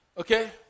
Okay